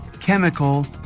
chemical